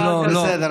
לא, לא, לא.